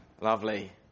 Lovely